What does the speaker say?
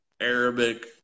Arabic